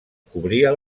cobria